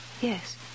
Yes